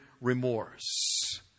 remorse